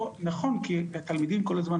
לגבי אנשים שרוצים לעבור